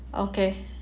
okay